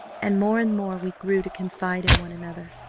and more and more we grew to confide in one another.